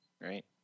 Right